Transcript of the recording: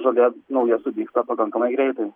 tada nauja sudygsta pakankamai greitai